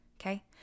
okay